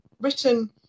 written